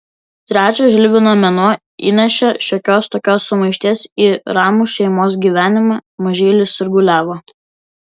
trečias žilvino mėnuo įnešė šiokios tokios sumaišties į ramų šeimos gyvenimą mažylis sirguliavo